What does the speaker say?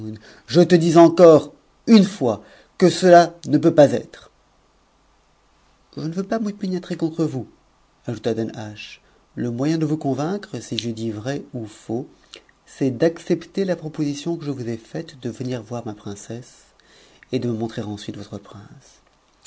je c dis encore une fois que cela ne peut pas être je ne veux pas m'opiniatrer contre vous ajouta danhasch le moyen de vous convaincre si je dis vrai ou faux c'est d'accepter la proposition que je vous ai faite de venir voir ma princesse et de me montrer ensuite votre prince